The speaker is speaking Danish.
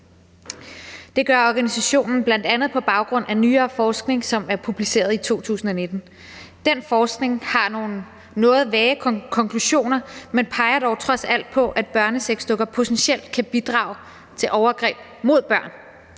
Det gør organisationen bl.a. på baggrund af nyere forskning, som er publiceret i 2019. Den forskning har nogle noget vage konklusioner, men peger dog trods alt på, af børnesexdukker potentielt kan bidrage til overgreb mod børn,